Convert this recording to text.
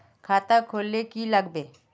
खाता खोल ले की लागबे?